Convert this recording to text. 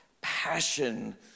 passion